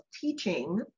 teaching